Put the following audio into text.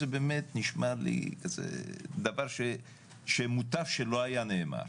זה באמת נשמע לי דבר שמוטב שלא היה נאמר.